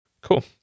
Cool